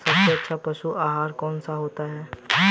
सबसे अच्छा पशु आहार कौन सा होता है?